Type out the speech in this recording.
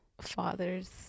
Fathers